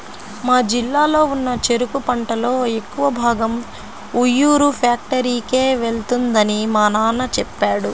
మా జిల్లాలో ఉన్న చెరుకు పంటలో ఎక్కువ భాగం ఉయ్యూరు ఫ్యాక్టరీకే వెళ్తుందని మా నాన్న చెప్పాడు